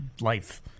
life